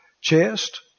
chest